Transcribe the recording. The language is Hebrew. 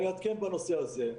אני אעדכן בנושא הזה.